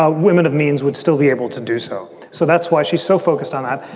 ah women of means would still be able to do so. so that's why she's so focused on that.